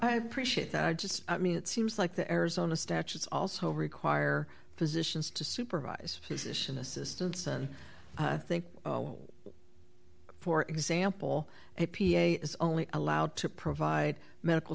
i appreciate that i just i mean it seems like the arizona statutes also require physicians to supervise position assistants and i think for example a p a is only allowed to provide medical